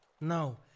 no